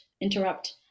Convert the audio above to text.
interrupt